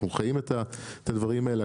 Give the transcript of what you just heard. אנחנו חיים את הדברים האלה,